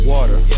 Water